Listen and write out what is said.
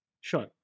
Sure